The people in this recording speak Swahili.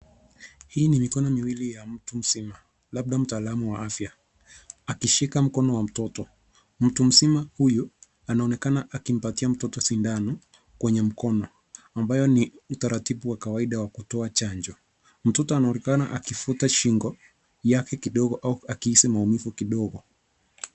Hii ni mikono miwili ya mtu mzima labda mtaalam wa afya akishika mkono wa mtoto. Mtu mzima huyu anaonekana akimpatia mtoto sindano kwenye mkono ambayo ni utaratibu wa kawaida wa kutoa chanjo. Mtoto anaonekana akivuta shingo yake au akihisi maumivu kidogo.